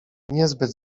niezbyt